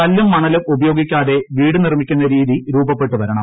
കല്ലും മണലും ഉപയോഗിക്കാതെ വീട് നിർമ്മിക്കുന്ന രീതി രൂപപ്പെട്ടു വരണം